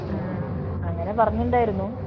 ആ ആ അങ്ങനെ പറഞ്ഞിട്ടുണ്ടായിരുന്നു